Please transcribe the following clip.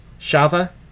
Shava